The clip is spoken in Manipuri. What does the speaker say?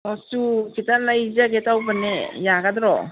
ꯑꯣ ꯆꯨ ꯈꯤꯇ ꯂꯩꯖꯒꯦ ꯇꯧꯕꯅꯦ ꯌꯥꯒꯗ꯭ꯔꯣ